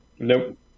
Nope